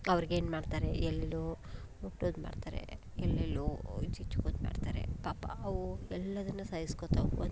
ಅವ್ರ್ಗೆ ಏನು ಮಾಡ್ತಾರೆ ಎಲ್ಲೆಲ್ಲೋ ಮುಟ್ಟೋದು ಮಾಡ್ತಾರೆ ಎಲ್ಲೆಲ್ಲೋ ಮಾಡ್ತಾರೆ ಪಾಪ ಅವು ಎಲ್ಲವನ್ನು ಸಹಿಸ್ಕೊತವೆ